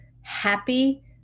happy